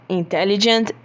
intelligent